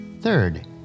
Third